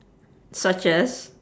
such as